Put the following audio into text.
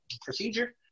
Procedure